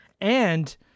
and-